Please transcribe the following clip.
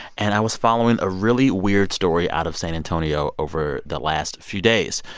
and i was following a really weird story out of san antonio over the last few days.